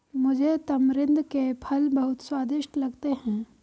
मुझे तमरिंद के फल बहुत स्वादिष्ट लगते हैं